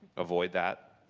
avoid that,